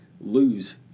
lose